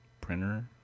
printer